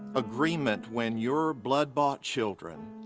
agreement when your blood bought children,